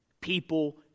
People